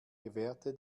gewährte